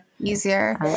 Easier